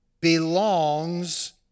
belongs